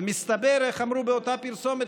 ומסתבר, איך אמרו באותה פרסומת?